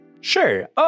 Sure